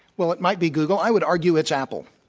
while it might be google, i would argue it's apple.